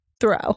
throw